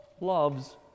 loves